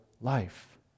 life